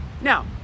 Now